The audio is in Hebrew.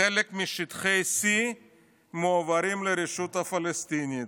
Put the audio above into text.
חלק משטחי C מועברים לרשות הפלסטינית,